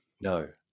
No